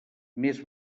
més